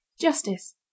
Justice